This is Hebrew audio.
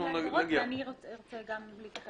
אני ארצה להתייחס גם.